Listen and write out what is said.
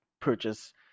Purchase